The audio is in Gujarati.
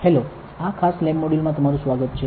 હેલો આ ખાસ લેબ મોડ્યુલ માં તમારું સ્વાગત છે